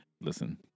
listen